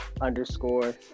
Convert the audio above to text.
underscore